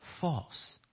false